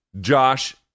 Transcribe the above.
Josh